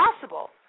possible